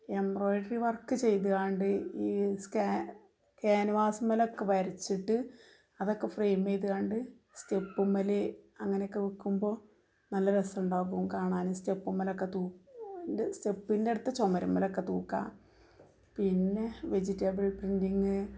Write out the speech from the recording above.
embroidery work ചെയ്തുകൊണ്ട് ഈ ക്യാൻവാസിൻ്റെ മേലെ ഒക്കെ വരച്ചിട്ട് അതൊക്കെ ഫ്രെയിം ചെയ്തു കൊണ്ട് സ്റ്റെപ്പിൻ്റെ മേലെ അങ്ങനെ ഒക്കെ വയ്ക്കുമ്പോൾ നല്ല രസമുണ്ടാവും കാണാൻ സ്റ്റെപ്പിൻ്റെ മേലെയൊക്കെ ഇത് സ്റ്റെപ്പിൻ്റെ അടുത്ത് ചുമരിൻ്റെ മേലെയൊക്കെ തൂക്കാം പിന്നെ വെജിറ്റബിൾ പ്രിൻറ്റിങ്